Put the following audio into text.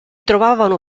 trovavano